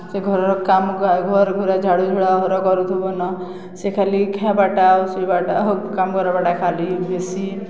ସେ ଘରର୍ କାମ୍ ଘର୍ ଘୁରା ଝାଡ଼ୁ ଝୁଡ଼ା ଘର କରୁଥିବନ ସେ ଖାଲି ଖାଏବାଟା ଆଉ ଶୋଇବାଟା ହଉ କାମ୍ କର୍ବାଟା ଖାଲି ବେଶି